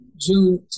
June